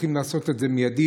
צריכים לעשות את זה מיידית.